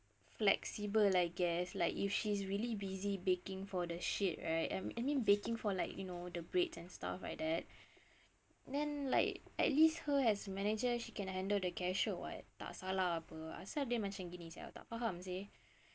flexible I guess like if she's really busy baking for the shit right I mean baking for like you know the breads and stuff like that then like at least her as a manager she can handle the cashier [what] tak salah [pe] asal dia macam gini sia tak faham seh